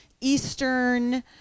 Eastern